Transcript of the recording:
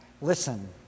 listen